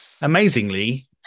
Amazingly